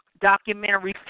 documentary